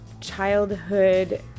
childhood